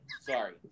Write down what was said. Sorry